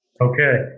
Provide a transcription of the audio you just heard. Okay